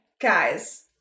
Guys